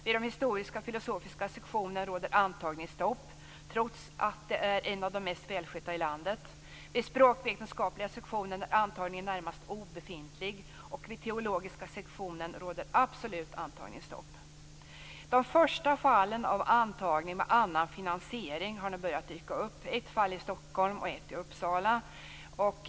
Vid historiskfilosofiska sektionen råder antagningsstopp, trots att den är en av de mest välskötta i landet. Vid språkvetenskapliga sektionen är antagningen närmast obefintlig. Vid teologiska sektionen råder absolut antagningsstopp. De första fallen av antagning med annan finansiering har nu börjat dyka upp: ett fall i Stockholm och ett i Uppsala.